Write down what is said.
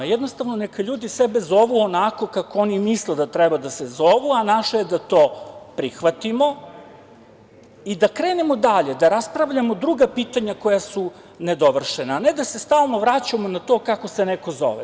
Jednostavno neka ljudi sebe zovu onako kako oni misle da treba da se zovu, a naše je da to prihvatimo i da krenemo dalje, da raspravljamo druga pitanja koja su nedovršena, a ne da se stalno vraćamo na to kako se neko zove.